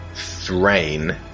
Thrain